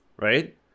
right